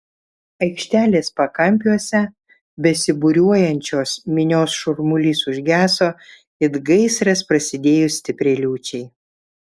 aikštės pakampiuose besibūriuojančios minios šurmulys užgeso it gaisras prasidėjus stipriai liūčiai